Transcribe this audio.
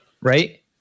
Right